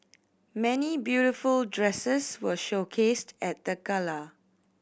many beautiful dresses were showcased at the gala